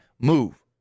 move